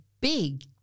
big